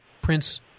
prince